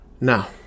Now